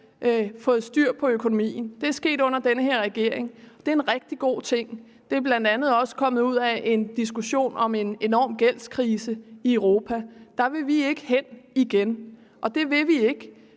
fået styr på økonomien. Det er sket under den her regering. Det er en rigtig god ting. Den er bl.a. også fremkommet af en diskussion om en enorm gældskrise i Europa. Der vil vi ikke hen igen, og det vil vi ikke,